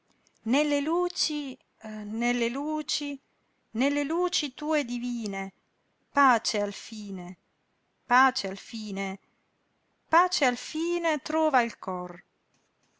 nelle luci nelle luci nelle luci tue divine pace alfine pace alfine pace alfine trova il cor